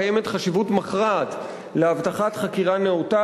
קיימת חשיבות מכרעת להבטחת חקירה נאותה